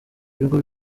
ibigo